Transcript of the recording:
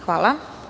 Hvala.